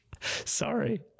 sorry